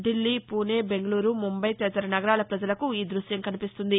ఢిల్లీ పూనె బెంగళూరు ముంబై తదితర నగరాల ప్రజలకు ఈ దృశ్యం కనిపిస్తుంది